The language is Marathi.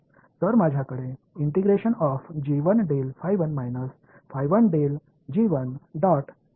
तर माझ्याकडे तिथेच मी इंटिग्रेट करतो